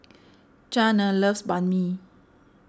Zhane loves Banh Mi